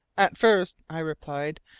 at first, i replied,